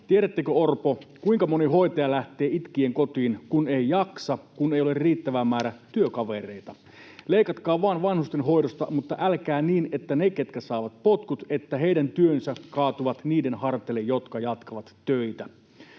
Tiedättekö, Orpo, kuinka moni hoitaja lähtee itkien kotiin, kun ei jaksa, kun ei ole riittävä määrä työkavereita? Leikatkaa vaan vanhustenhoidosta, mutta älkää niin, että niiden, ketkä saavat potkut, työt kaatuvat niiden harteille, jotka jatkavat töitä.